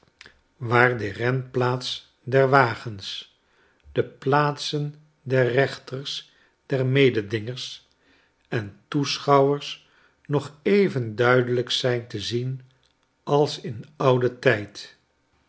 waar de renplaats der wagens de plaatsen der rechters der mededingers en toeschouwers nog even duidelijk zijn te zien al in ouden tijd